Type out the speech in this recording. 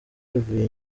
yivuye